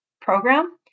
program